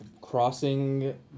crossing